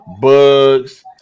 Bugs